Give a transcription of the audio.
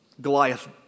Goliath